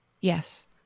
Yes